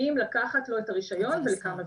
אם לקחת לו את הרישיון ולכמה זמן.